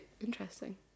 interesting